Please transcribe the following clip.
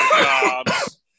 jobs